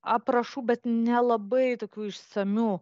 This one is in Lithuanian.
aprašų bet nelabai tokių išsamių